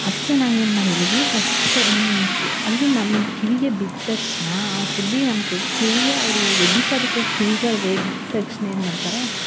ಅದಕ್ಕೆ ನಾವು ಏನು ಮಾಡಿದ್ದೀವಿ ಫಸ್ಟೆ ಮನಸ್ಸೆ ಅದು ನಮ್ಮ ಕಿವಿಗೆ ಬಿದ್ದ ತಕ್ಷಣ ಆ ಸುದ್ದಿ ನಮ್ಮ ಕಿವಿಗೆ ಅವರು ಒಂದು ಅಧಿಕಾರಿಗೆ ಕಿವಿಗಳಿಗೆ ಬಿದ್ದ ತಕ್ಷಣ ಏನು ಮಾಡ್ತಾರೆ